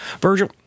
Virgil